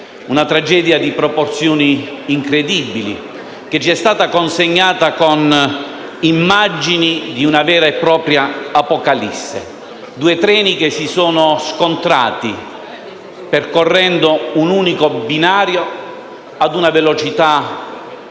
una tragedia di proporzioni incredibili che ci è stata consegnata con immagini di una vera e propria apocalisse: due treni che si sono scontrati percorrendo un unico binario ad una velocità elevata.